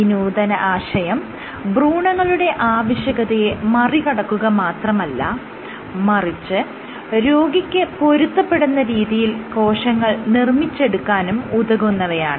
ഈ നൂതന ആശയം ഭ്രൂണങ്ങളുടെ ആവശ്യകതയെ മറികടക്കുക മാത്രമല്ല മറിച്ച് രോഗിക്ക് പൊരുത്തപ്പെടുന്ന രീതിയിൽ കോശങ്ങൾ നിർമ്മിച്ചെടുക്കാനും ഉതകുന്നവയാണ്